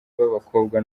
b’abakobwa